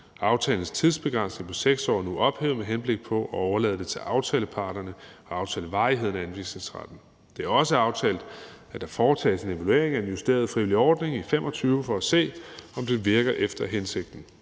Aftalens tidsbegrænsning på 6 år er nu ophævet med henblik på at overlade det til aftaleparterne at aftale varigheden af anvisningsretten. Det er også aftalt, at der foretages en evaluering af den justerede frivillige ordning i 2025 for at se, om den virker efter hensigten.